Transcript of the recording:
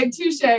touche